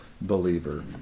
believer